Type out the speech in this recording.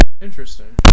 Interesting